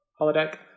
holodeck